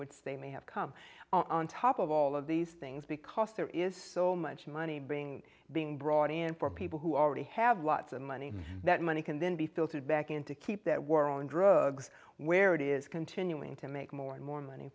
which they may have come on top of all of these things because there is so much money being being brought in for people who already have lots of money that money can then be filtered back in to keep that world in drugs where it is continuing to make more and more money